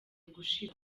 gushira